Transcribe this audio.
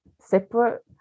separate